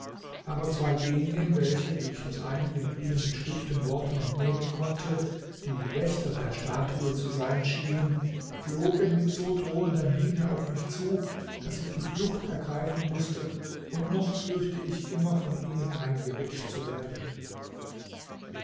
aber zwei genien welche wie ich aus einigen ihnen entschlüpften worten entnehmen konnte die wächter der statue zu sein schienen flogen mit so drohender miene auf mich zu daß ich die flucht ergreifen mußte und noch fürchte ich immer von ihnen eingeholt zu werden